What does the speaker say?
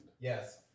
Yes